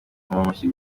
inkomamashyi